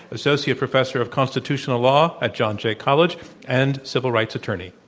associate professor of constitutional law at john jay college and civil rights attorney.